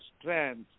strength